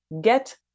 get